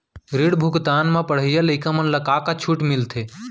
ऋण भुगतान म पढ़इया लइका मन ला का का छूट मिलथे?